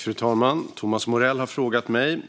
Fru talman! Thomas Morell har frågat mig